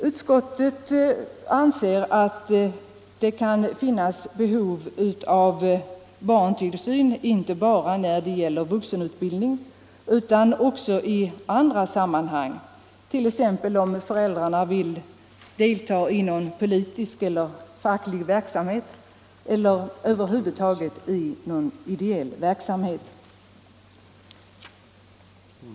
Utskottet anser att det kan finnas behov av barntillsyn inte bara i anslutning till vuxenutbildning utan också i andra sammanhang, t.ex. om föräldrarna vill delta i någon politisk eller facklig verksamhet eller över huvud taget i någon ideell verksamhet.